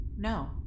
No